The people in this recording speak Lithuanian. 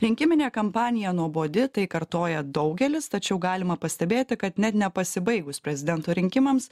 rinkiminė kampanija nuobodi tai kartoja daugelis tačiau galima pastebėti kad net nepasibaigus prezidento rinkimams